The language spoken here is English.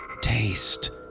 Taste